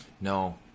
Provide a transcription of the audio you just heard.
no